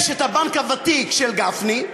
יש הבנק הוותיק של גפני,